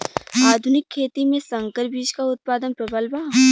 आधुनिक खेती में संकर बीज क उतपादन प्रबल बा